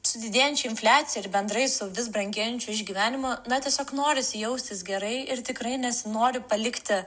su didėjančia infliacija ir bendrai su vis brangėjančiu išgyvenimu na tiesiog norisi jaustis gerai ir tikrai nesinori palikti